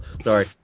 Sorry